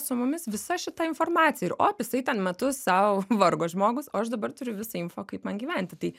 su mumis visa šita informacija ir op jisai ten metus sau vargo žmogus o aš dabar turiu visą info kaip man gyventi tai